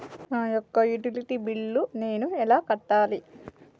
నా యొక్క utility bill నేను ఎలా కట్టాలి?